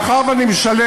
ומאחר שאני משלם,